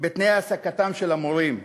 בתנאי העסקתם של המורים.